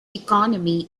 economy